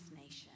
nation